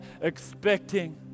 expecting